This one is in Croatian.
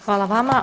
Hvala vama.